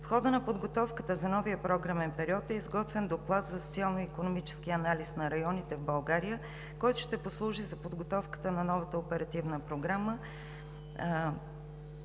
В хода на подготовката за новия програмен период е изготвен Доклад за социално-икономическия анализ на районите в България, който ще послужи за подготовка на новата Оперативна програма